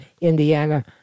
Indiana